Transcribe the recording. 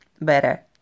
better